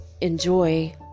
enjoy